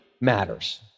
matters